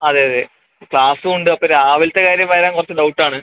അതെ അതെ ക്ലാസ്സും ഉണ്ട് അപ്പോൾ രാവിലത്തെ കാര്യം വരാൻ കുറച്ച് ഡൗട്ട് ആണ്